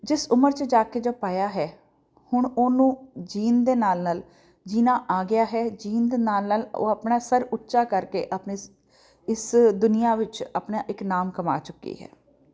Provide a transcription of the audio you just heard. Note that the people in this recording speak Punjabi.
ਜਿਸ ਉਮਰ 'ਚ ਜਾ ਕੇ ਜੋ ਪਾਇਆ ਹੈ ਹੁਣ ਉਹਨੂੰ ਜਿਊਣ ਦੇ ਨਾਲ ਨਾਲ ਜਿਊਣਾ ਆ ਗਿਆ ਹੈ ਜਿਊਣ ਦੇ ਨਾਲ ਨਾਲ ਉਹ ਆਪਣਾ ਸਰ ਉੱਚਾ ਕਰਕੇ ਆਪਣੇ ਇਸ ਇਸ ਦੁਨੀਆ ਵਿੱਚ ਆਪਣਾ ਇਕ ਨਾਮ ਕਮਾ ਚੁੱਕੀ ਹੈ